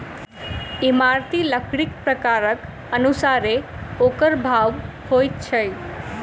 इमारती लकड़ीक प्रकारक अनुसारेँ ओकर भाव होइत छै